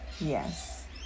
Yes